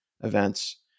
events